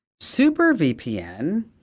SuperVPN